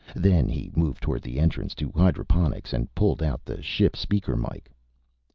then he moved toward the entrance to hydroponics and pulled out the ship speaker mike.